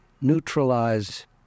neutralize